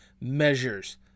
measures